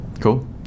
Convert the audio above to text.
Cool